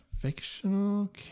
fictional